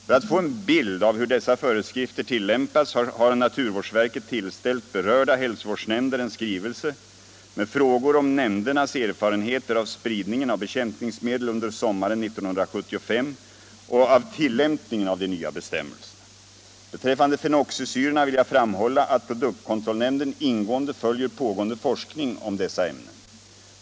För att få en bild av hur dessa föreskrifter tillämpats har naturvårdsverket tillställt berörda hälsovårdsnämnder en skrivelse med frågor om nämndernas erfarenheter av bekämpningsmedel under sommaren 1975 och av tillämpningen av de nya bestämmelserna. Beträffande fenoxisyrorna vill jag framhålla att produktkontrollnämnden ingående följer pågående forskning om dessa ämnen.